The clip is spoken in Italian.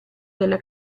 della